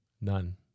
none